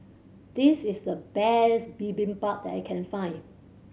this is the best Bibimbap that I can find